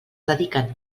dediquen